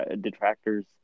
detractors